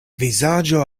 vizaĝo